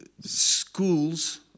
schools